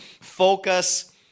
Focus